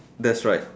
that's right